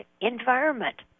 environment